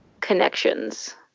connections